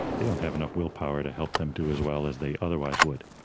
they don't have enough willpower to help them do as well as they otherwise would.